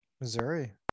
Missouri